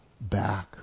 back